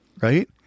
Right